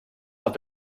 have